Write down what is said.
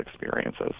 experiences